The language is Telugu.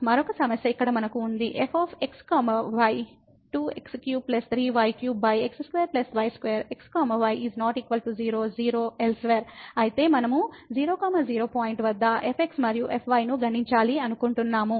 మరొక సమస్య ఇక్కడ మనకు ఉంది f x y 2x33y3x2y2 x y ≠ 0 0 0 అన్యత్రా కాబట్టి మనం 00 పాయింట్ వద్ద fx మరియు fy ను గణించాలి అనుకుంటున్నాము